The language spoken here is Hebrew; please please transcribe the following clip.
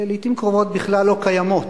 לעתים קרובות בכלל לא קיימות.